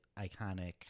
iconic